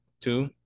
two